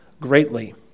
greatly